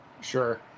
sure